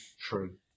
true